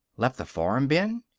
left the farm, ben?